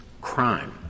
crime